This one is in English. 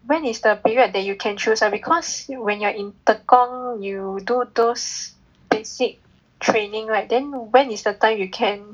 when is the period that you can choose uh because you when you're in Tekong you do those basic training right then when is the time you can